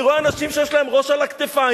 אני רואה אנשים שיש להם ראש על הכתפיים